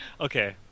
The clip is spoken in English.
Okay